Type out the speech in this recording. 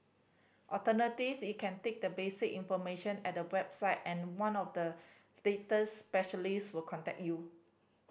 alternative you can take the basic information at the website and one of the data specialist will contact you